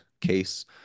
case